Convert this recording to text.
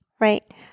Right